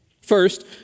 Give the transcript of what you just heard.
First